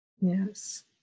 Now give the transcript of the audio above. yes